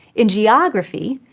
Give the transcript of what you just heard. in geography,